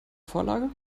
vorlage